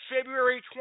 February